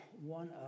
one